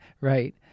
right